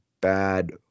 bad